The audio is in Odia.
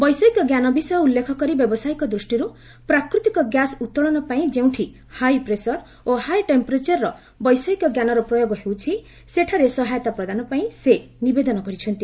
ବୈଷୟିକ ଜ୍ଞାନ ବିଷୟ ଉଲ୍ଲ୍ଲେଖ କରି ବ୍ୟାବସାୟିକ ଦୃଷ୍ଟିରୁ ପ୍ରାକୃତିକ ଗ୍ୟାସ୍ ଉତ୍ତୋଳନପାଇଁ ଯେଉଁଠି ହାଇପ୍ରେସର୍ ଓ ହାଇ ଟେମ୍ପରେଚର ବୈଷୟିକ ଜ୍ଞାନର ପ୍ରୟୋଗ ହେଉଛି ସେଠାରେ ସହାୟତା ପ୍ରଦାନପାଇଁ ସେ ନିବେଦନ କରିଛନ୍ତି